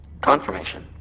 Confirmation